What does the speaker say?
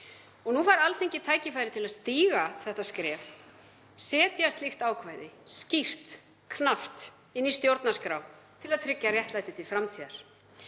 Og nú fær Alþingi tækifæri til að stíga þetta skref og setja slíkt ákvæði, skýrt og knappt, inn í stjórnarskrá til að tryggja réttlæti til framtíðar,